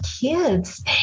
kids